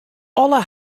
alle